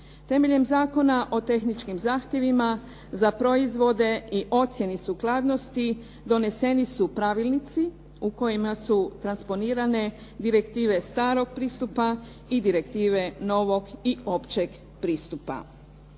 Temeljem Zakona o tehničkim zahtjevima za proizvode i ocjeni sukladnosti doneseni su pravilnici u kojima su transponirane direktive starog pristupa i direktive novog i općeg pristupa.